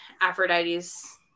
Aphrodite's